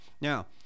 Now